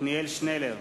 עתניאל שנלר,